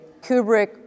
Kubrick